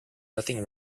nothing